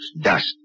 dust